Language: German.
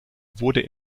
wurde